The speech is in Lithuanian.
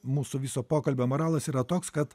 mūsų viso pokalbio moralas yra toks kad